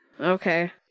Okay